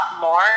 more